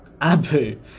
abu